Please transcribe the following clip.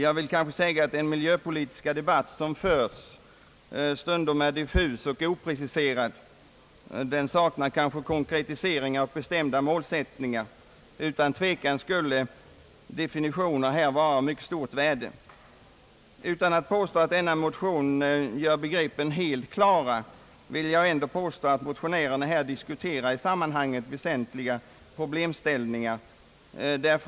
Jag vill säga att den miljöpolitiska debatten stundom är diffus och opreciserad. Den saknar konkretiseringar och bestämda målsättningar. Utan tvekan skulle definitioner här vara av stort värde. Utan att påstå att dessa motioner gör begreppen helt klara, vill jag ändå påstå att motionärerna här diskuterar i sammanhanget väsentliga problemställningar.